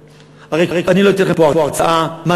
אני אגיד לכם מה הפחד שלי.